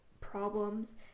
problems